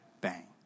bang